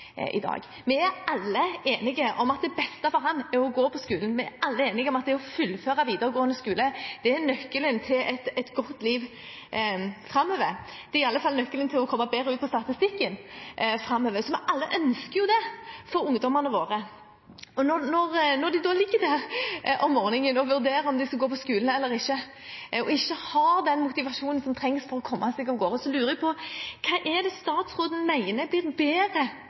i dag? Da er vi alle enige om at det beste for ham er å gå på skolen. Vi er alle enige om at det å fullføre videregående skole er nøkkelen til et godt liv framover – det er i alle fall nøkkelen til å komme bedre ut på statistikken framover – for vi ønsker jo alle det for ungdommene våre. Når man da ligger der om morgenen og vurderer om man skal gå på skolen eller ikke, og man ikke har den motivasjonen som trengs for å komme seg av gårde, lurer jeg på hva statsråden mener blir bedre